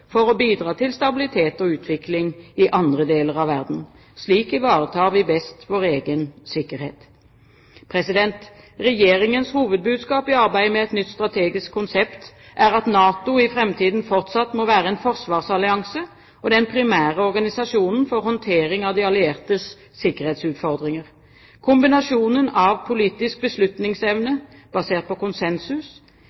for å bidra til stabilitet og utvikling i andre deler av verden. Slik ivaretar vi best vår egen sikkerhet. Regjeringens hovedbudskap i arbeidet med et nytt strategisk konsept er at NATO i framtiden fortsatt må være en forsvarsallianse og den primære organisasjonen for håndtering av de alliertes sikkerhetsutfordringer. Kombinasjonen av politisk beslutningsevne